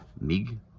MiG